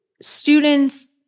Students